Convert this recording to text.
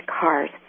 cars